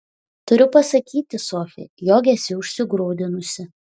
turiu pasakyti sofi jog esi užsigrūdinusi